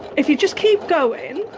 if you just keep going